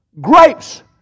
grapes